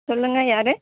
சொல்லுங்கள் யார்